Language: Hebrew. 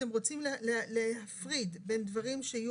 אתם רוצים להפריד בין דברים שיהיו